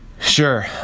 Sure